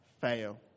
fail